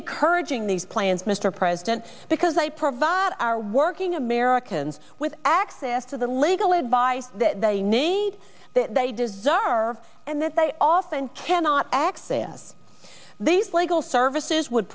encouraging these plans mr president because i provide our working americans with access to the legal advice that they need that they deserve and that they often cannot access these legal services would